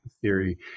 Theory